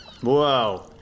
whoa